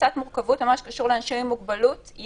מורכבות ביחס לאנשים עם מוגבלות.